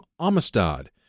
Amistad